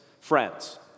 Friends